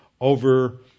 over